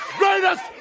greatest